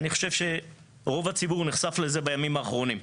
ואני חושב שרוב הציבור נחשף לזה בחודשים האחרונים.